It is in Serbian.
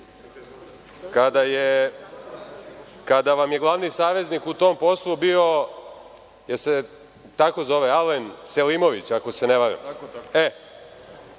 kada vam je glavni saveznik u tom poslu bio, da li se tako zove, Alen Selimović, ako se ne varam.